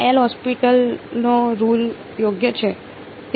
L હોસ્પીટલનો rule યોગ્ય છે